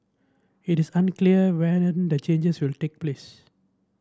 it is unclear when the changes will take place